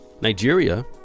nigeria